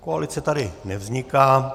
Koalice tady nevzniká.